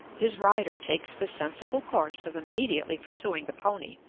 his rider takes the sensible course of immediately pursuing the pony,